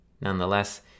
Nonetheless